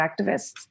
activists